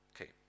Okay